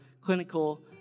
clinical